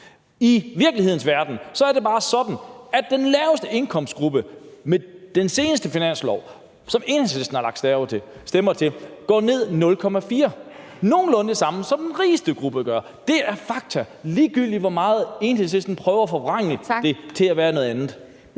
I virkelighedens verden er det bare sådan, at den laveste indkomstgruppe med den seneste finanslov, som Enhedslisten har lagt stemmer til, går 0,4 pct. ned – nogenlunde det samme, som den rigeste gruppe gør. Det er fakta – ligegyldig hvor meget Enhedslisten prøver at forvrænge det til at være noget andet.